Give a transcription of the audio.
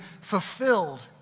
fulfilled